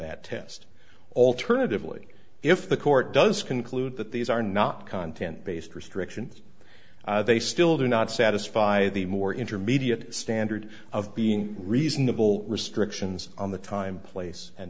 that test alternatively if the court does conclude that these are not content based restrictions they still do not satisfy the more intermediate standard of being reasonable restrictions on the time place and